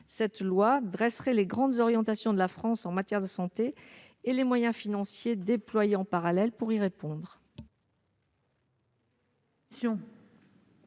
laquelle dresserait les grandes orientations de la France en matière de santé et les moyens financiers déployés en parallèle pour y répondre.